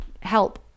help